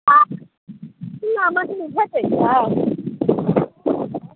आओर भुन्ना मछली भेटै छै